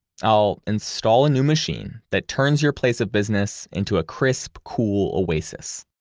i'll install a new machine that turns your place of business into a crisp, cool oasis.